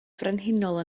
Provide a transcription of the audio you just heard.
frenhinol